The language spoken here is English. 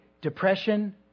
depression